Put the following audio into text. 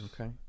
Okay